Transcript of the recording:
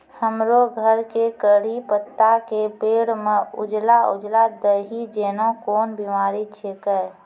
हमरो घर के कढ़ी पत्ता के पेड़ म उजला उजला दही जेना कोन बिमारी छेकै?